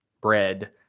bread